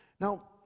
Now